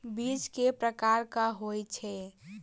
बीज केँ प्रकार कऽ होइ छै?